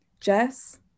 Jess